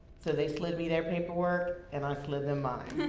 so they slid me their paperwork, and i slid them mine.